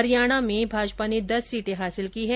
हरियाणा में भाजपा ने दस सीटें हासिल की है